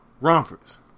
rompers